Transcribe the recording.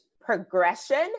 progression